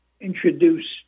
introduced